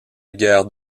guerre